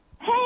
Hey